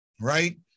right